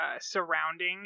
Surrounding